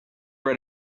read